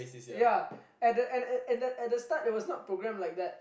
ya and uh and at the start the start it was not programmed like that